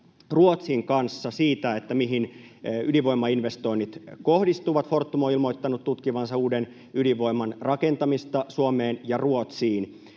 Ruotsin kanssa siitä, mihin ydinvoimainvestoinnit kohdistuvat. Fortum on ilmoittanut tutkivansa uuden ydinvoiman rakentamista Suomeen ja Ruotsiin.